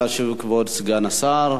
נא להשיב, כבוד סגן השר.